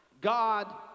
God